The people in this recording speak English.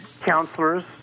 counselors